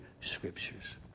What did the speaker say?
Scriptures